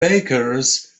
bakers